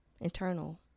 internal